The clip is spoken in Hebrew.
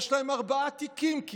ויש להם ארבעה תיקים במשרד החינוך,